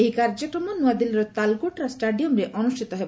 ଏହି କାର୍ଯ୍ୟକ୍ରମ ନୂଆଦିଲ୍ଲୀର ତାଲକୋଟରା ଷ୍ଟାଡିୟମ୍ରେ ଅନୁଷ୍ଠିତ ହେବ